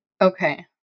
Okay